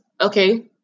Okay